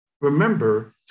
Remember